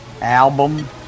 album